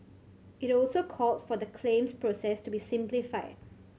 it also called for the claims process to be simplified